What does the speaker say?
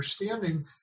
understanding